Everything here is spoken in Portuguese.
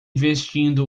vestindo